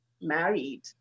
married